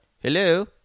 Hello